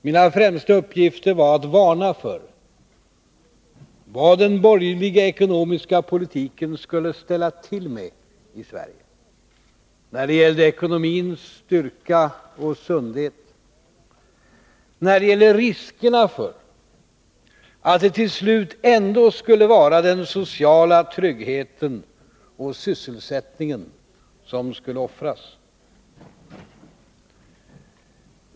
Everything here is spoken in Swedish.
Mina främsta uppgifter var att varna för vad den borgerliga ekonomiska politiken skulle ställa till med i Sverige, när det gällde ekonomins styrka och sundhet, när det gällde riskerna för att det till slut ändå skulle vara den sociala tryggheten och sysselsättningen som skulle offras.